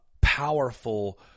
powerful